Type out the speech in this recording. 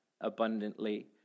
abundantly